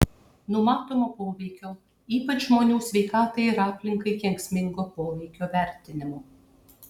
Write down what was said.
numatomo poveikio ypač žmonių sveikatai ir aplinkai kenksmingo poveikio vertinimo